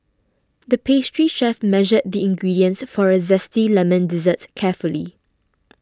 the pastry chef measured the ingredients for a Zesty Lemon Dessert carefully